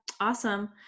Awesome